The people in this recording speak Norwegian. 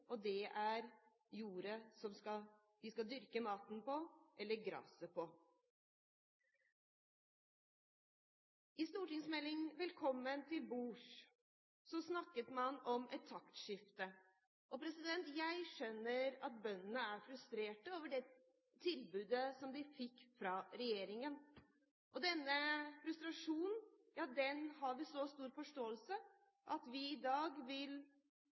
det er jorda som bøndene skal dyrke maten eller gresset på. I Meld. St. 9 for 2011–2012, Velkommen til bords, snakket man om et taktskifte. Jeg skjønner at bøndene er frustrerte over det tilbudet de fikk fra regjeringen. Denne frustrasjonen har vi så stor forståelse for at vi i dag vil